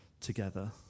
together